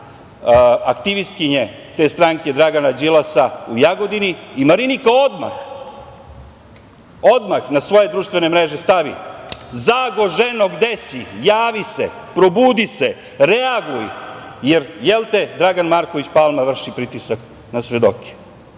aktivistkinje te stranke Dragana Đilasa u Jagodini i Marinika odmah na svoje društvene mreže stavi - Zago, ženo, gde si, javi se, probudi se, reaguj, jer, jelte, Dragan Marković Palma vrši pritisak na svedoke.